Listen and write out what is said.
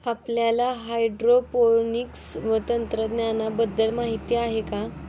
आपल्याला हायड्रोपोनिक्स तंत्रज्ञानाबद्दल माहिती आहे का?